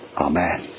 Amen